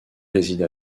réside